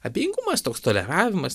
abejingumas toks toleravimas